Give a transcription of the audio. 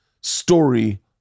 story